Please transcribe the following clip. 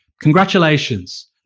Congratulations